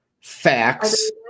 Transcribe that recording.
Facts